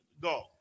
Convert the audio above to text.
Go